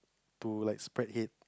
to like spread hate